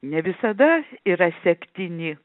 ne visada yra sektini